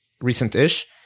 recent-ish